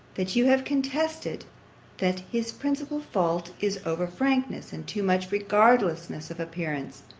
that you have contested that his principal fault is over-frankness, and too much regardlessness of appearances,